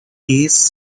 keys